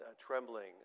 trembling